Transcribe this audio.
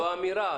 זו אמירה.